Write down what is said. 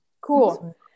Cool